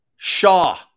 Shaw